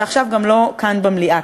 ועכשיו גם לא כאן במליאה.